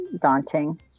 daunting